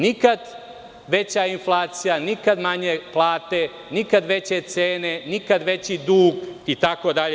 Nikad veća inflacija, nikad manje plate, nikad veće cene, nikad veći dug itd.